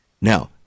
now